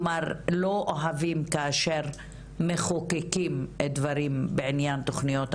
כלומר לא אוהבים כאשר מחוקקים דברים בעניין תכניות החינוך,